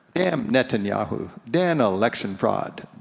damn netanyahu, damn election fraud,